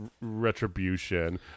Retribution